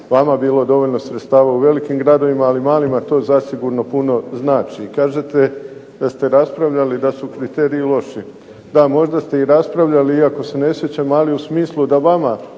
vama bilo dovoljno sredstava u velikim gradovima, ali malima to zasigurno puno znači. Kažete da ste raspravljali, da su kriteriji loši. Da, možda ste i raspravljali u smislu, iako se ne sjećamo, u smislu da vama